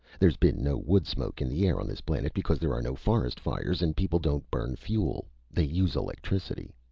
there's been no wood smoke in the air on this planet because there are no forest fires and people don't burn fuel. they use electricity.